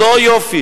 אותו יופי.